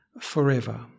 forever